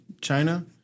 China